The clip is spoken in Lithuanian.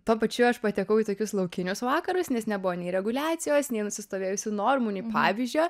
tuo pačiu aš patekau į tokius laukinius vakarus nes nebuvo nei reguliacijos nei nusistovėjusių normų nei pavyzdžio